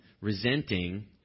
resenting